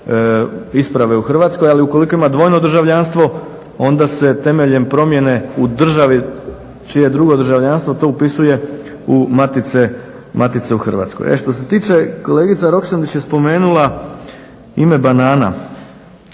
isprave u Hrvatskoj, ali ukoliko ima dvojno državljanstvo onda se temeljem promjene u državi čije drugo državljanstvo to upisuje u matice u Hrvatskog. E što se tiče kolegica Roksandić je spomenula ime Banana,